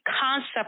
concept